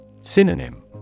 Synonym